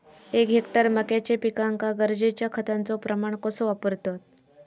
एक हेक्टर मक्याच्या पिकांका गरजेच्या खतांचो प्रमाण कसो वापरतत?